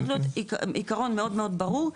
צריך להיות עקרון מאוד מאוד ברור,